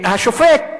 השופט,